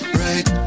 right